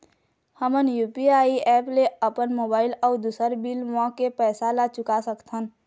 हमन UPI app ले अपन मोबाइल अऊ दूसर बिल मन के पैसा ला चुका सकथन